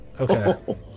Okay